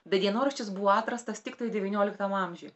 dienoraštis buvo atrastas tiktai devynioliktam amžiuj